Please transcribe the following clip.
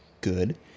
good